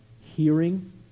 hearing